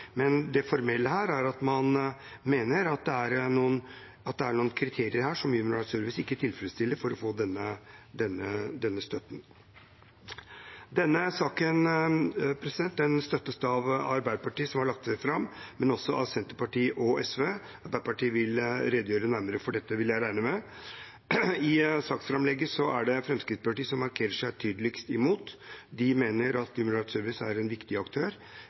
ikke tilfredsstiller for å få denne støtten. Denne saken støttes av Arbeiderpartiet, som har lagt den fram, men også av Senterpartiet og Sosialistisk Venstreparti. Arbeiderpartiet vil redegjøre nærmere for dette, vil jeg regne med. I saksframlegget er det Fremskrittspartiet som markerer seg tydeligst imot. De mener at Human Rights Service er en viktig aktør